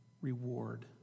reward